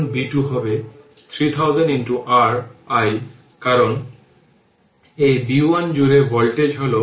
সুতরাং এখন V 4 i কারণ 4 Ω রেজিস্টর আছে তাই 4 Ω রেজিস্টর জুড়ে ভোল্টেজটি V 4 i